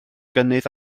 gynnydd